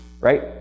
right